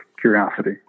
curiosity